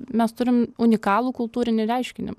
mes turim unikalų kultūrinį reiškinį